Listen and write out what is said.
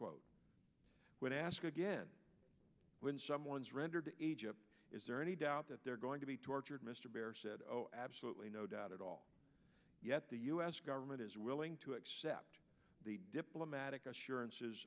quote when i ask again when someone is rendered egypt is there any doubt that they're going to be tortured mr baer said oh absolutely no doubt at all yet the u s government is willing to accept the diplomatic assurances